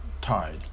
tide